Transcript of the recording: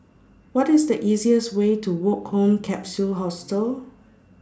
What IS The easiest Way to Woke Home Capsule Hostel